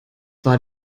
war